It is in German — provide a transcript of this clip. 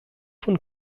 von